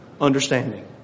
understanding